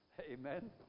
Amen